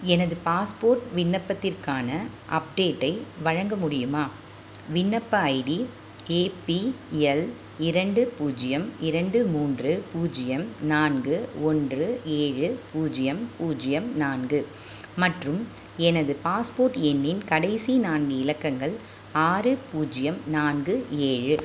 எனது பாஸ்போர்ட் விண்ணப்பத்திற்கான அப்டேட்டை வழங்க முடியுமா விண்ணப்ப ஐடி ஏபிஎல் இரண்டு பூஜ்யம் இரண்டு மூன்று பூஜ்யம் நான்கு ஒன்று ஏழு பூஜ்யம் பூஜ்யம் நான்கு மற்றும் எனது பாஸ்போர்ட் எண்ணின் கடைசி நான்கு இலக்கங்கள் ஆறு பூஜ்யம் நான்கு ஏழு